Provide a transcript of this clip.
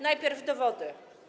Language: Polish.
Najpierw dowody.